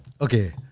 okay